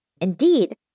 Indeed